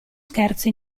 scherzo